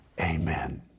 Amen